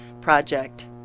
project